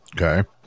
Okay